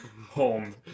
home